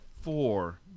four